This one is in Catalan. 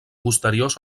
posteriors